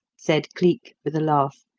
said cleek with a laugh.